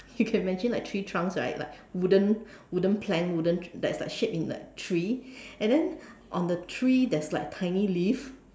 you can imagine like tree trunks right like wooden wooden plank wooden that's like shaped in like tree and then on the tree there's like tiny leaf